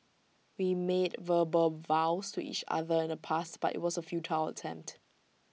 we made verbal vows to each other in the past but IT was A futile attempt